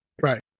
right